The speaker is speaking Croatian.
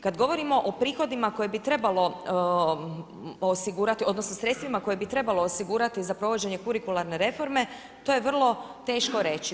Kada govorimo o prihodima koje bi trebalo osigurati odnosno sredstvima koje bi trebalo osigurati za provođenje kurikularne reforme to je vrlo teško reći.